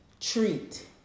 treat